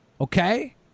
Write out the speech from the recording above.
okay